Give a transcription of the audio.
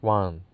one